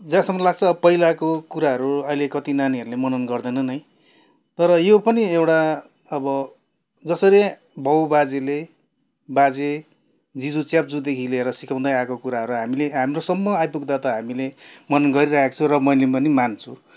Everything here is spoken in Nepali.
जहाँसम्म लाग्छ पहिलाको कुराहरू अहिले कति नानीहरूले मनन गर्दैनन् है तर यो पनि एउटा अब जसरी बाउ बाजेले बाजे जिजु च्याप्चुदेखि लिएर सिकाउँदै आएको कुराहरू हामीले हाम्रोसम्म आइपुग्दा त हामीले मनन गरिरहेको छु मैले पनि मान्छु